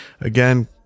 Again